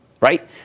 right